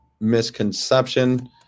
misconception